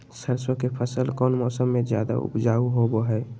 सरसों के फसल कौन मौसम में ज्यादा उपजाऊ होबो हय?